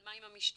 אבל מה עם המשטרה?